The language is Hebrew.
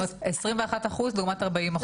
21 אחוז לעומת 40 אחוז.